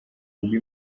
ubwo